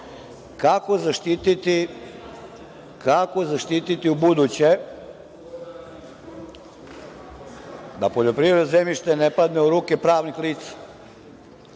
zaštiti ubuduće da poljoprivredno zemljište ne padne u ruke pravnih lica,